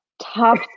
top